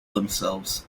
themselves